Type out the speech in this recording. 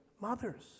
mothers